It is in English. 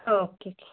okay okay